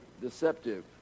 deceptive